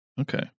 Okay